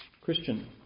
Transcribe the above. Christian